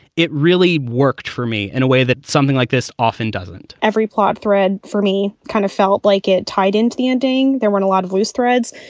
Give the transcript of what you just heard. it really worked for me in a way that something like this often doesn't every plot thread for me kind of felt like it tied into the ending. there weren't a lot of these threads,